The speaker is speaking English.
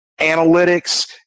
analytics